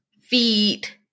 feet